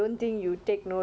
say say say one